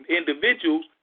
individuals